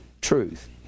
truth